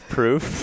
proof